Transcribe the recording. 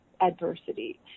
adversity